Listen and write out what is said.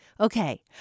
Okay